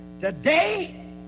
today